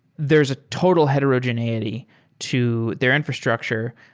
there's a total heterogeneity to their infrastructure.